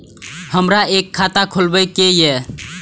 हमरा एक खाता खोलाबई के ये?